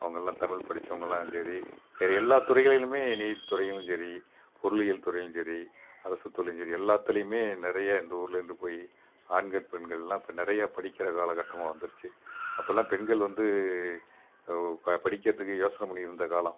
அவங்கலாம் தமிழ் படிச்சவங்கலாம் சரி வேற எல்லா துறைகளிலும் நீதி துறைகளிலும் சரி பொறியியல் துறையிலையும் சரி அரசு துறையிலேயும் சரி எல்லாத்துலயுமே நிறைய எங்கள் ஊர்லேருந்து போய் ஆண்கள் பெண்கள்லாம் இப்போ நிறைய படிக்கிற காலக்கட்டமாக வந்துடுச்சி அப்போலாம் பெண்கள் வந்து படிக்கிறதுக்கு யோசணை பண்ணிக்கிட்டு இருந்த காலம்